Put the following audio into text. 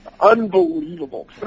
unbelievable